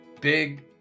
big